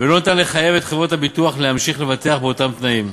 ולא ניתן לחייב את חברות הביטוח להמשיך לבטח באותם תנאים,